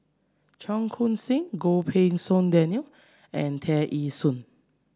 Cheong Koon Seng Goh Pei Siong Daniel and Tear Ee Soon